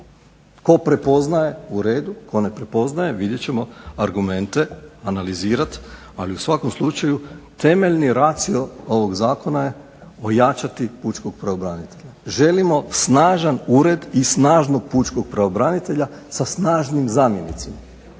Tko prepoznaje? U redu. Tko ne prepoznaje, vidjet ćemo argumente, analizirati. Ali u svakom slučaju temeljni racio ovog zakona je ojačati pučkog pravobranitelja. Želimo snažan ured i snažnog pučkog pravobranitelja sa snažnim zamjenicima.